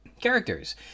Characters